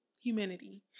humanity